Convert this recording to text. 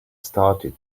started